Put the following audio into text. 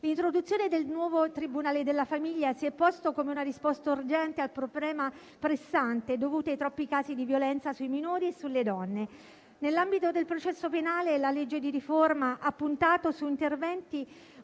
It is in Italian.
L'introduzione del nuovo tribunale della famiglia si è posto come una risposta urgente al problema pressante dovuto ai troppi casi di violenza sui minori e sulle donne. Nell'ambito del processo penale, la legge di riforma ha puntato su interventi